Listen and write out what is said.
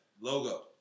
Logo